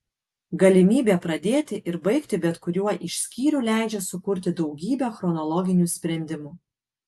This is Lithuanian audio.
galimybė pradėti ir baigti bet kuriuo iš skyrių leidžia sukurti daugybę chronologinių sprendimų